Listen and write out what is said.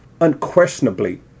unquestionably